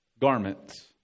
garments